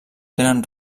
tenen